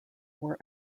were